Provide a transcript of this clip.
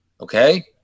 Okay